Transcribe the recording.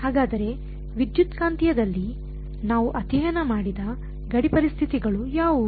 ಹಾಗಾದರೆ ವಿದ್ಯುತ್ಕಾಂತೀಯದಲ್ಲಿ ನಾವು ಅಧ್ಯಯನ ಮಾಡಿದ ಗಡಿ ಪರಿಸ್ಥಿತಿಗಳು ಯಾವುವು